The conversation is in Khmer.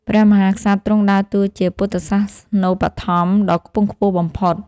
ព្រះមហាក្សត្រទ្រង់ដើរតួជាពុទ្ធសាសនូបត្ថម្ភក៍ដ៏ខ្ពង់ខ្ពស់បំផុត។